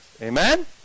Amen